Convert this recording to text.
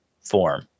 form